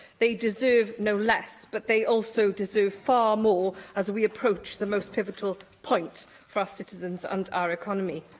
they deserve no less, but they also deserve far more, as we approach the most pivotal point for our citizens and our economy.